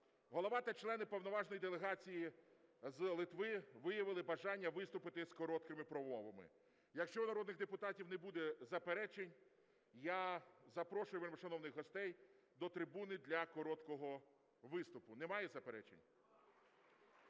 голова та члени повноважної делегації з Литви виявили бажання виступити з короткими промовами. Якщо в народних депутатів не буде заперечень, я запрошую вельмишановних гостей до трибуни для короткого виступу. Немає заперечень?